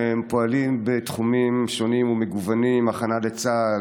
והם פועלים בתחומים שונים ומגוונים: הכנה לצה"ל,